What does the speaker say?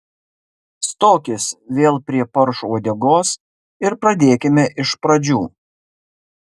stokis vėl prie paršo uodegos ir pradėkime iš pradžių